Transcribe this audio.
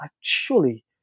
surely